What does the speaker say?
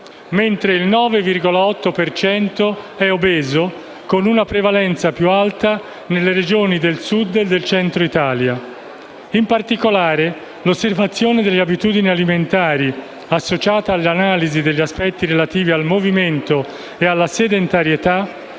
mentre il 9,8 per cento è obeso, con una prevalenza più alta nelle Regioni del Sud e del Centro Italia. In particolare, l'osservazione delle abitudini alimentari associata all'analisi degli aspetti relativi al movimento e alla sedentarietà